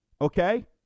Okay